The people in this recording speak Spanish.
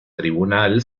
tribunal